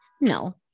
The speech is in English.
No